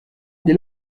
les